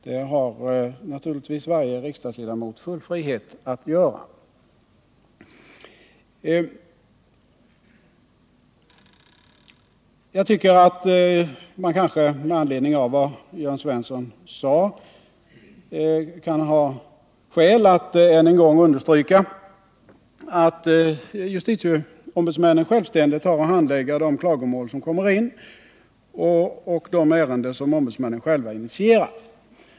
Det har naturligtvis varje riksdagsledamot full frihet att göra. Med anledning av vad Jörn Svensson sade i sitt anförande kan det finnas skäl att än en gång understryka att justitieombudsmännen självständigt har att handlägga de klagomål som kommer in och de ärenden som ombudsmännen själva initierar.